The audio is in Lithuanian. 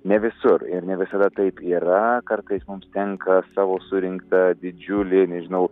ne visur ir ne visada taip yra kartais mums tenka savo surinktą didžiulį nežinau